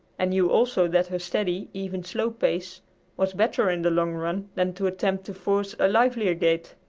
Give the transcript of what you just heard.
and knew also that her steady, even, slow pace was better in the long run than to attempt to force a livelier gait,